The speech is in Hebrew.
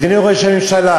אדוני ראש הממשלה,